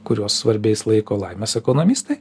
kuriuos svarbiais laiko laimės ekonomistai